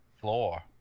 floor